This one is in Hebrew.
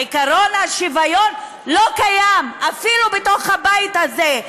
עקרון השוויון לא קיים אפילו בתוך הבית הזה,